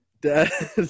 Dad